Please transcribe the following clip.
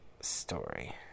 story